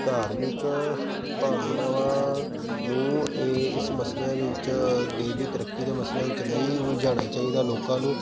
ਧਾਰਮਿਕ ਭਾਵਨਾਵਾਂ ਨੂੰ ਇਹ ਇਸ ਮਸਲਿਆਂ ਵਿੱਚ ਦੇਸ਼ ਦੀ ਤਰੱਕੀ ਦੇ ਮਸਲਿਆਂ ਵਿੱਚ ਨਹੀਂ ਉਲਝਾਉਣਾ ਚਾਹੀਦਾ ਲੋਕਾਂ ਨੂੰ